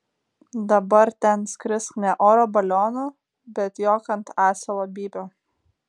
dabar ten skrisk ne oro balionu bet jok ant asilo bybio